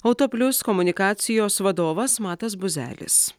autoplius komunikacijos vadovas matas buzelis